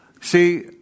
See